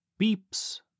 beeps